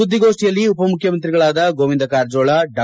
ಸುದ್ದಿಗೋಷ್ಠಿಯಲ್ಲಿ ಉಪಮುಖ್ಯಮಂತ್ರಿಗಳಾದ ಗೋವಿಂದ ಕಾರಜೋಳ ಡಾ